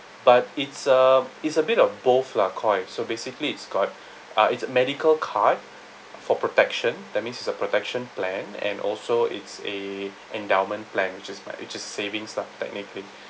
but it's a it's a bit of both lah qhair so basically it's got uh it's medical card for protection that means it's a protection plan and also it's a endowment plan which is my which is savings lah technically